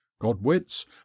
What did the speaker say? godwits